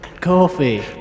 coffee